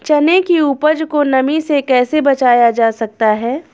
चने की उपज को नमी से कैसे बचाया जा सकता है?